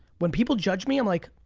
when people judge me, i'm like,